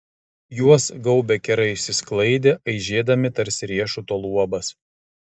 juos gaubę kerai išsisklaidė aižėdami tarsi riešuto luobas